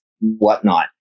whatnot